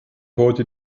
heute